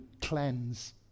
cleanse